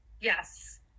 Yes